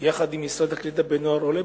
יחד עם משרד הקליטה בנוער עולה,